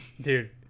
dude